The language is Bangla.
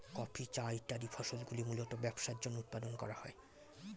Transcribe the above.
কফি, চা ইত্যাদি ফসলগুলি মূলতঃ ব্যবসার জন্য উৎপাদন করা হয়